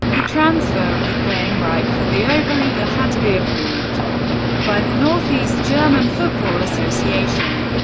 the transfer of the playing right for the oberliga had to be approved by the north east german football association.